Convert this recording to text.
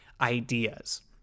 ideas